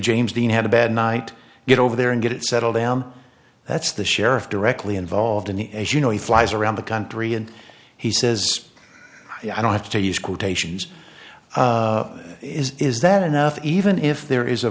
james dean had a bad night get over there and get it settled them that's the sheriff directly involved in the as you know he flies around the country and he says i don't have to use quotations is that enough even if there is a